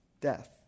death